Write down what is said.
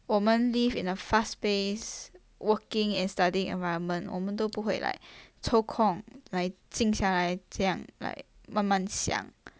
我们 live in a fast pace working and studying environment 我们都不会 like 凑空来静下来这样 like 慢慢想